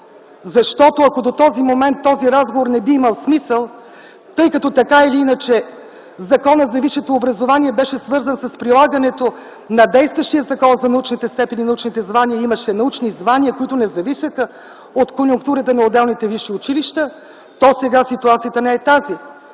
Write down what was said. Защото, ако до този момент този разговор не би имал смисъл, тъй като така или иначе Законът за висшето образование беше свързан с прилагането на действащия Закон за научните степени и научните звания и имаше научни звания, които не зависеха от конюнктурата на отделните висши училища, то сега ситуацията не е тази.